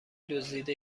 دزدیده